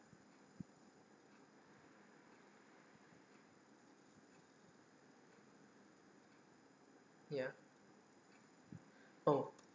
ya oh